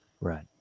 Right